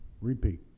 Repeat